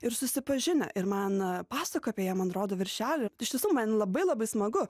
ir susipažinę ir man pasaka apie ją man rodo viršelį iš tiesų man labai labai smagu